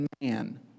man